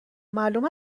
معلوم